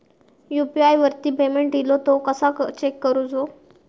UPI वरती payment इलो तो कसो चेक करुचो?